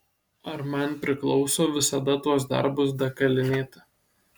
ar man priklauso visada tuos darbus dakalinėti